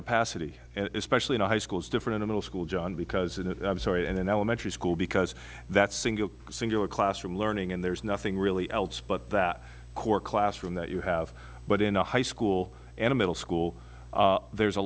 capacity especially in a high school is different in a middle school john because i'm sorry in an elementary school because that's single singular classroom learning and there's nothing really else but that core classroom that you have but in a high school and a middle school there's a